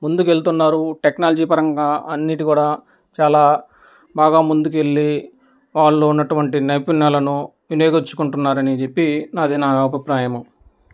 ముందుకి వెళుతున్నారు టెక్నాలజీ పరంగా అన్నింటి కూడా చాలా బాగా ముందుకెళ్ళి వాళ్ళలో ఉన్నటువంటి నైపుణ్యాలను వినియోగించుకుంటున్నారని చెప్పి అది నా అభిప్రాయము